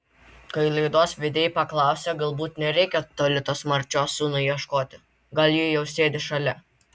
kai laidos vedėjai paklausė galbūt nereikia toli tos marčios sūnui ieškoti gal ji jau sėdi šalia